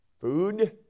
food